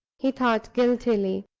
he thought, guiltily.